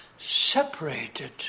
separated